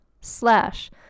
slash